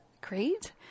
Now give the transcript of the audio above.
Great